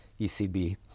ECB